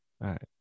right